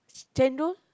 chendol